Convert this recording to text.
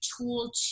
tool